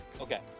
Okay